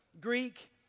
Greek